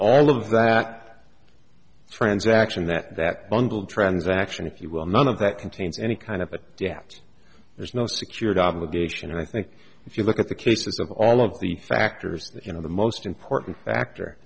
all of that transaction that that bungled transaction if you will none of that contains any kind of a debt there's no secured obligation and i think if you look at the cases of all of the factors you know the most important factor